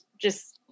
just-